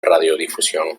radiodifusión